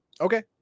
Okay